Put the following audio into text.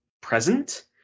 present